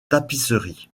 tapisserie